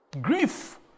grief